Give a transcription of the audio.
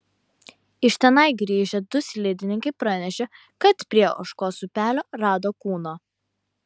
iš tenai grįžę du slidininkai pranešė kad prie ožkos upelio rado kūną